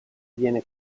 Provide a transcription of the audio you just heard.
viene